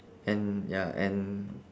and ya and